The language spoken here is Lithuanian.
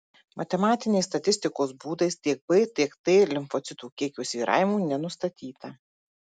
matematinės statistikos būdais tiek b tiek t limfocitų kiekio svyravimų nenustatyta